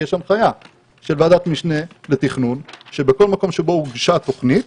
כי יש הנחיה של ועדת משנה לתכנון שבכל מקום שבו הוגשה תוכנית